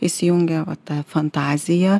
įsijungia va ta fantazija